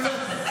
ציון לא טוב,